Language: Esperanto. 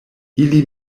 ili